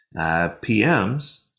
PMs